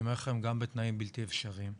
אני אומר לכם, גם בתנאים בלתי אפשריים.